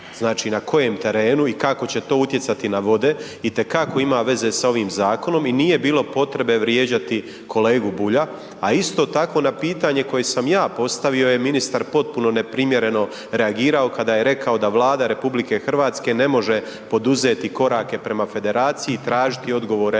znači na kojem terenu i kako će to utjecati na vode, itekako ima veze sa ovim zakonom i nije bilo potrebe vrijeđati kolegu Bulja. A isto tako na pitanje koje sam ja postavio je ministar potpuno neprimjereno reagirao kada je rekao da Vlada RH ne može poduzeti korake prema federaciji i tražiti odgovore